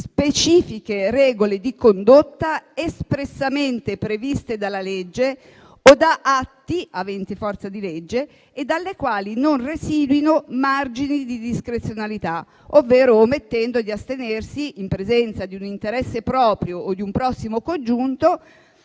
specifiche regole di condotta espressamente previste dalla legge o da atti aventi forza di legge e dalle quali non residuino margini di discrezionalità, ovvero omettendo di astenersi in presenza di un interesse proprio o di un prossimo congiunto